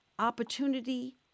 Opportunity